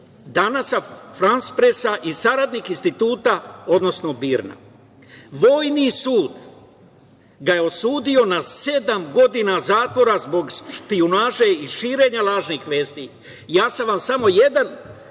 "Danasa", "Frans presa" i saradnik Instituta, odnosno BIRN-a. Vojni sud ga je osudio na sedam godina zatvora zbog špijunaže i širenja lažnih vesti. Ja sam vam samo jednu